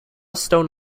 stone